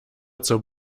zur